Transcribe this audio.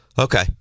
Okay